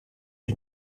die